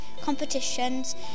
competitions